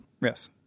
yes